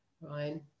right